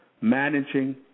managing